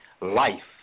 Life